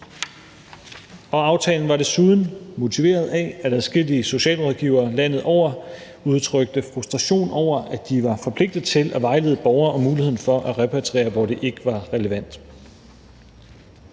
Og aftalen var desuden motiveret af, at adskillige socialrådgivere landet over udtrykte frustration over, at de var forpligtet til at vejlede borgere om muligheden for at repatriere, hvor det ikke var relevant.